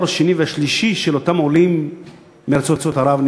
הדור השני והשלישי של אותם עולים מארצות ערב,